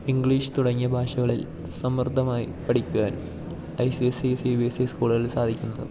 English തുടങ്ങിയ ഭാഷകളിൽ സമ്മർദ്ദമായി പഠിക്കുവാൻ I C S C C B S C സ്കൂളുകളിൽ സാധിക്കുന്നത്